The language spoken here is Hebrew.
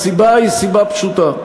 הסיבה היא סיבה פשוטה: